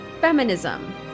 feminism